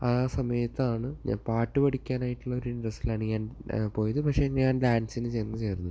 ആ സമയത്താണ് ഞാൻ പാട്ട് പഠിക്കാനായിട്ടുള്ള ഒരു ഇൻറ്ററസ്റ്റിലാണ് ഞാൻ പോയത് പക്ഷേ ഞാൻ ഡാൻസിന് ചെന്നു ചേർന്നു